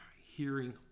hearing